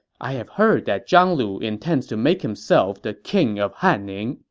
i have heard that zhang lu intends to make himself the king of hanning,